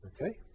Okay